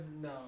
No